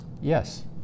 Yes